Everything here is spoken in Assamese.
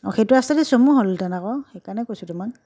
অঁ সেইটো ৰাস্তাইদি চমু হ'লহেঁতেন আকৌ সেইকাৰণে কৈছোঁ তোমাক